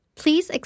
please